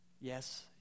Yes